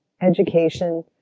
education